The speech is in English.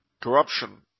corruption